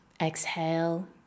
exhale